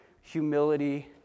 humility